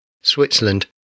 Switzerland